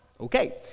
Okay